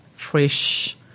fresh